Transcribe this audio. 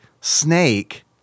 snake –